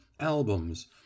albums